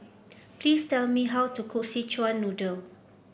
please tell me how to cook Szechuan Noodle